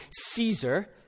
Caesar